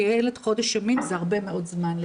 לילד חודש ימים זה הרבה מאוד זמן.